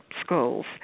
schools